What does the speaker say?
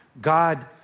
God